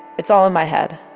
it's all my head.